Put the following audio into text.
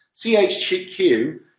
CHQ